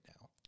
now